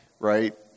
right